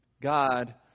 God